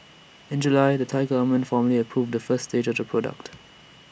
in July the Thai Government formally approved the first stage of the project